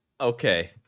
Okay